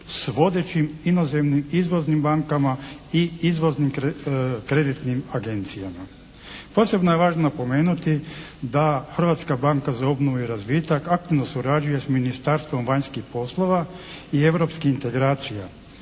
s vodećim inozemnim izvoznim bankama i izvoznim kreditnim agencijama. Posebno je važno napomenuti da Hrvatska banka za obnovu i razvitak aktivno surađuje sa Ministarstvom vanjskih poslova i europskih integracija,